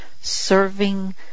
serving